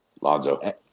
Lonzo